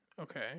Okay